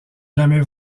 jamais